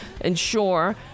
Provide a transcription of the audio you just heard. ensure